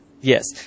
Yes